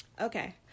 Okay